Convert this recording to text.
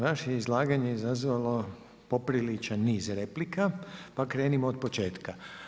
Vaše izlaganja je izazvalo popriličan niz replika, pa krenimo od početka.